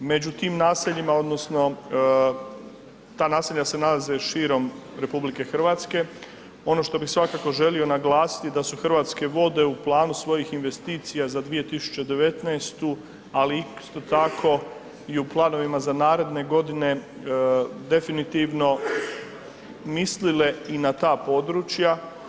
Među tim naseljima odnosno ta naselja se nalaze širom RH, ono što bi svakako želio naglasiti da su Hrvatske vode u planu svojih investicija za 2019., ali isto tako i u planovima za naredne godine definitivno mislile i na ta područja.